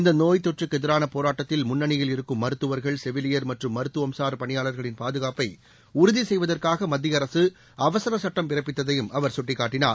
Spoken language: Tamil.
இந்த நோய் தொற்றுக்கு எதிரான போராட்டத்தில் முன்னணியில் இருக்கும் மருத்துவா்கள் செவிலியர் மற்றும் மருத்துவம்சார் பணியாளர்களின் பாதுகாப்பை உறுதி செய்வதற்காக மத்திய அரசு அவசர சட்டம் பிறப்பித்ததையும் அவர் சுட்டிக்காட்டினார்